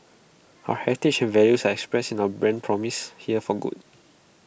our heritage and values are expressed in our brand promise here for good